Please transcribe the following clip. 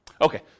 Okay